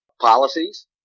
Policies